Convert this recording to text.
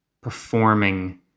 performing